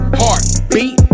heartbeat